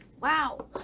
Wow